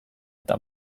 eta